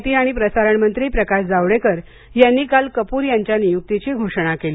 माहिती आणि प्रसारण मंत्री प्रकाश जावडेकर यांनी काल कप्र यांच्या नियुक्तीची घोषणा केली